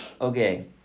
Okay